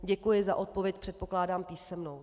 Děkuji za odpověď, předpokládám písemnou.